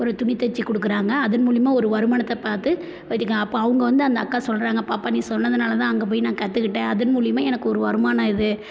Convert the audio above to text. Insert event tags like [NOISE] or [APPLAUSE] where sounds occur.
ஒரு துணி தைச்சி கொடுக்குறாங்க அதன் மூலிமா ஒரு வருமானத்தை பார்த்து [UNINTELLIGIBLE] அப்போ அவங்க வந்து அந்த அக்கா சொல்கிறாங்க பாப்பா நீ சொன்னதுனால தான் அங்கே போய் நான் கற்றுக்கிட்டேன் அதன் மூலிமா எனக்கு ஒரு வருமானம் இது